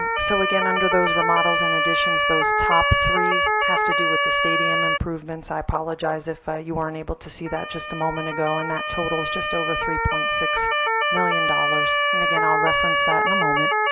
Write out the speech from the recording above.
so again under those remodels and additions, those top three have to do with the stadium improvements. i apologize if ah you weren't able to see that just a moment ago. and that totals just over three point six million dollars. and again i'll reference that in and a moment.